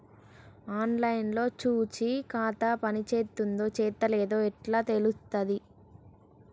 On line లో చూసి ఖాతా పనిచేత్తందో చేత్తలేదో ఎట్లా తెలుత్తది?